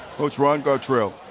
coach ron gartrell.